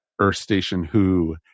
earthstationwho